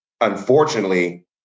unfortunately